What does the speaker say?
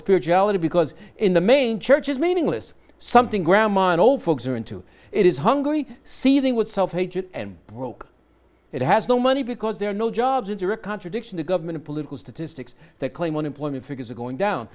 spirituality because in the main church is meaningless something grandma and old folks are into it is hungry see the wood self hatred and broke it has no money because there are no jobs in direct contradiction to government political statistics they claim unemployment figures are going down